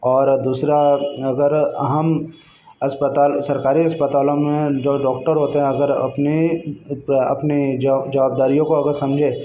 और दूसरा अगर आम अस्पताल सरकारी अस्पतालों में जो डॉक्टर होते हैं अगर अपने अपने जवाबदारियों को अगर समझे